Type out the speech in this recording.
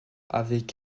avec